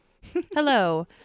Hello